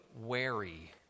wary